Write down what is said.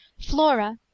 Flora